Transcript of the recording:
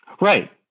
Right